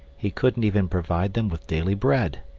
he couldn't even provide them with daily bread.